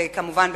וכמובן,